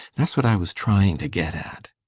that's what i was trying to get at.